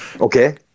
Okay